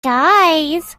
guys